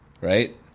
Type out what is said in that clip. right